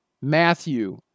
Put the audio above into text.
Matthew